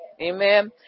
Amen